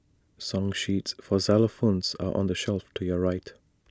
song sheets for xylophones are on the shelf to your right